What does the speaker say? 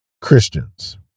Christians